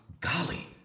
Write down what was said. golly